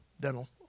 dental